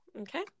Okay